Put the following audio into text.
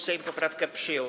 Sejm poprawkę przyjął.